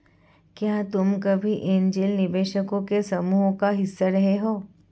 क्या तुम कभी ऐन्जल निवेशकों के समूह का हिस्सा रहे हो?